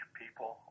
people